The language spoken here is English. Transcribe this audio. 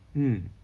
mm